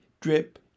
drip